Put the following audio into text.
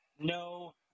No